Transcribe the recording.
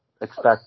expect –